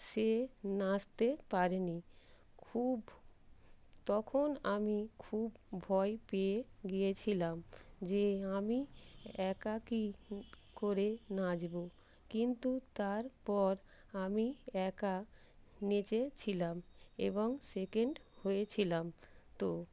সে নাচতে পারেনি খুব তখন আমি খুব ভয় পেয়ে গিয়েছিলাম যে আমি একা কী করে নাচব কিন্তু তারপর আমি একা নেচেছিলাম এবং সেকেন্ড হয়েছিলাম তো